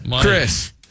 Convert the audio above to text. Chris